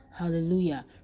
Hallelujah